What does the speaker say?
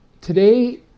Today